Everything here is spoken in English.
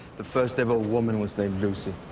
the first ever woman was named lucy.